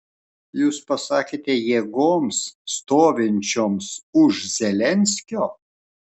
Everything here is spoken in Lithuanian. jūs pasakėte jėgoms stovinčioms už zelenskio